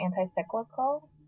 anti-cyclical